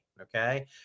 Okay